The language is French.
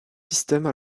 système